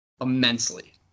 immensely